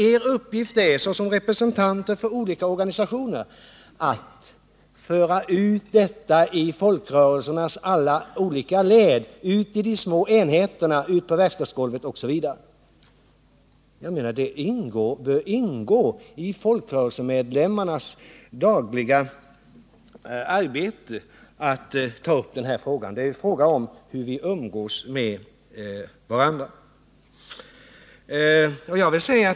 Er uppgift är, såsom representanter för olika organisationer, att föra ut denna debatt i folkrörelsernas alla olika led, ut i de små enheterna, ut på verkstadsgolvet osv. Jag menar att det bör ingå i folkrörelsemedlemmarnas dagliga arbete att ta upp den här frågan. Det gäller hur vi umgås med varandra.